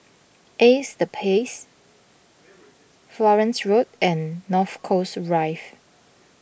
Ace the Pace Florence Road and North Coast Rive